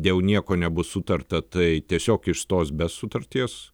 dėl nieko nebus sutarta tai tiesiog išstos be sutarties